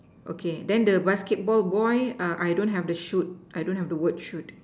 okay then the basketball boy I don't have the shoot I don't have the word shoot